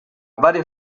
varie